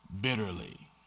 bitterly